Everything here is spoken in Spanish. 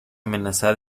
amenazada